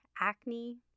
acne